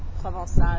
provence